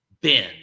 Ben